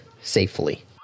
safely